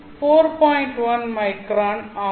1 micron ஆகும்